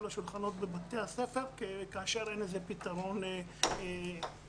השולחנות בבתי הספר כאשר אין לזה פתרון מקצועי.